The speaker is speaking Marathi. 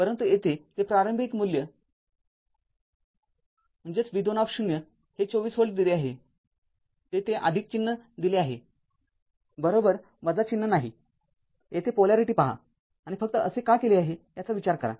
परंतु येथे ते प्रारंभिक मूल्य v२० हे २४ व्होल्ट दिले आहेयेथे चिन्ह दिले आहेबरोबर चिन्ह नाहीतेथे पोलॅरिटी पहा आणि फक्त असे का केले आहे विचार करा